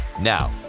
now